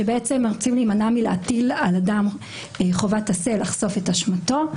שרוצים להימנע מלהטיל על אדם חובת עשה לחשוף את אשמתו,